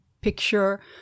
picture